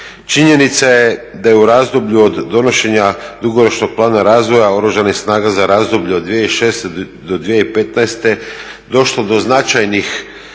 Činjenica je da je u razdoblju od donošenja Dugoročnog plana razvoja Oružanih snaga za razdoblje od 2006. do 2015. došlo do značajnih